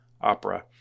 Opera